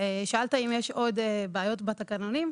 שאלת אם יש עוד בעיות בתקנונים,